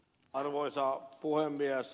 arvoisa puhemies